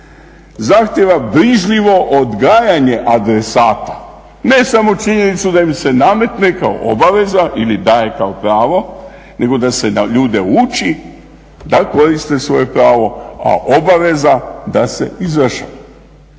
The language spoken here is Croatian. zahtjeva brižljivo odgajanje adresata. Ne samo činjenicu da im se nametne kao obaveza ili daje kao pravo nego da se na ljude uči da koriste svoje pravo, a obaveza da se izvršava.